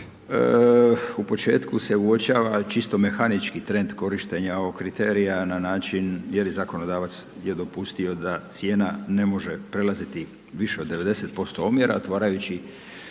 u početku se uočava čisto mehanički trend korištenja ovog kriterija na način jer i zakonodavac je dopustio da cijena ne može prelaziti više od 90% omjera otvarajući